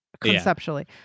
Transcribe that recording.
conceptually